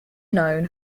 known